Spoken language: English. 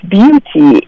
beauty